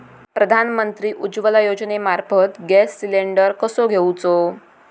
प्रधानमंत्री उज्वला योजनेमार्फत gas cylinder कसो घेऊचो?